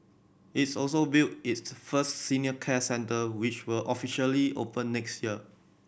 it's also built its first senior care centre which will officially open next year